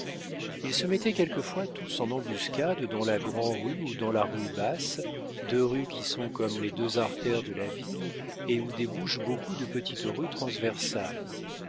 ils se mettaient quelquefois tous en embuscade dans la grand'rue ou dans la rue basse deux rues qui sont comme les deux artères de la ville et où débouchent beaucoup de petites rues transversales